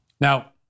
Now